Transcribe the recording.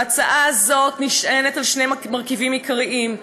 ההצעה הזו נשענת על שני מרכיבים עיקריים,